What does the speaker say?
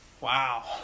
Wow